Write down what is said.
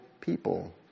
people